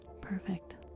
perfect